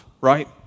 right